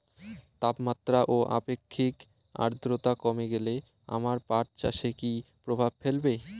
তাপমাত্রা ও আপেক্ষিক আদ্রর্তা কমে গেলে আমার পাট চাষে কী প্রভাব ফেলবে?